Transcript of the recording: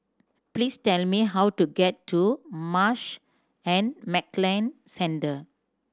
please tell me how to get to Marsh and McLennan Centre